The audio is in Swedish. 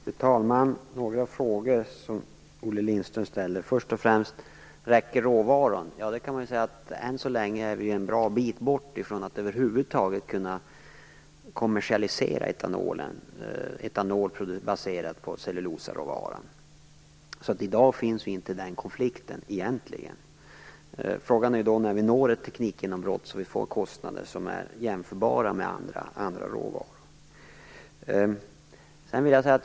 Fru talman! Olle Lindström ställde några frågor. Först och främst var det om råvaran räcker. Än så länge är vi en bra bit ifrån att över huvud taget kunna kommersialisera etanolframställning baserad på cellulosaråvara. I dag finns inte den konflikten egentligen. Frågan är när vi når ett teknikgenombrott och får kostnader som är jämförbara med andra råvaror.